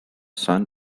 son